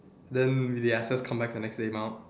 then they ask us come back the next day mah